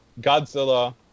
Godzilla